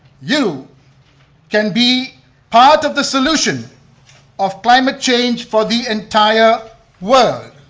you can be part of the solution of climate change for the entire world.